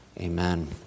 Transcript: amen